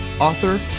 author